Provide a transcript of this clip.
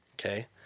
okay